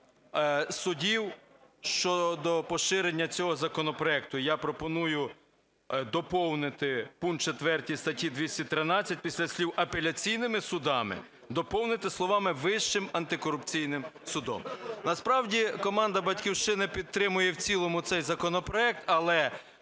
судів щодо поширення цього законопроекту. Я пропоную доповнити пункт 4 статті 213 після слів "апеляційними судами" доповнити словами "Вищим антикорупційним судом". Насправді команда "Батьківщини" підтримує в цілому цей законопроект, але